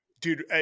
Dude